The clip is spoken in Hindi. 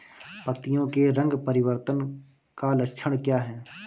पत्तियों के रंग परिवर्तन का लक्षण क्या है?